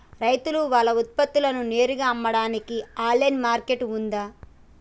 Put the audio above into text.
రైతులు వాళ్ల ఉత్పత్తులను నేరుగా అమ్మడానికి ఆన్లైన్ మార్కెట్ ఉందా?